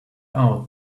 out